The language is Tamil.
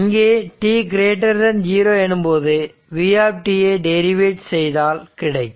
இங்கே t0 எனும்போது v ஐ டெரிவேட் செய்தால் கிடைக்கும்